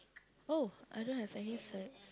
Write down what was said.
oh I don't have any six